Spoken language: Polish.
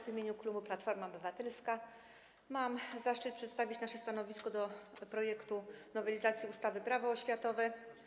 W imieniu klubu Platforma Obywatelska mam zaszczyt przedstawić nasze stanowisko w sprawie projektu nowelizacji ustawy Prawo oświatowe.